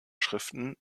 schriften